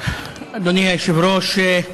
אדוני היושב-ראש,